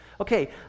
okay